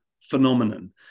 phenomenon